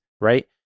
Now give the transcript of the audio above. right